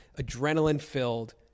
adrenaline-filled